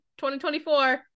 2024